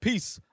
Peace